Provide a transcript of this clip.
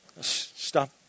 Stop